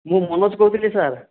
ମୁଁ ମନୋଜ କହୁଥିଲି ସାର୍